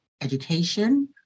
education